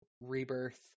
Rebirth